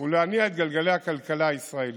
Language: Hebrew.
ולהניע את גלגלי הכלכלה הישראלית.